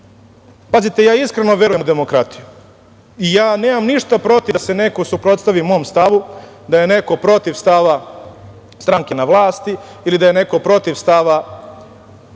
Pazite, ja iskreno verujem u demokratiju i ja nemam ništa protiv da se neko suprotstavi mom stavu, da je neko protiv stava stranke na vlasti ili da je neko protiv stava